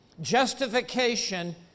justification